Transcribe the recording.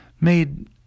made